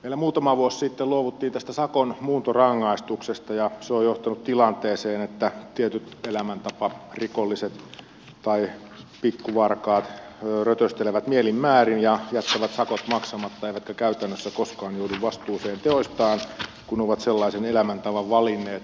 meillä muutama vuosi sitten luovuttiin tästä sakon muuntorangaistuksesta ja se on johtanut tilanteeseen että tietyt elämäntaparikolliset tai pikkuvarkaat rötöstelevät mielin määrin ja jättävät sakot maksamatta eivätkä käytännössä koskaan joudu vastuuseen teoistaan kun ovat sellaisen elämäntavan valinneet